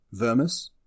Vermis